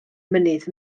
mynydd